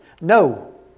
No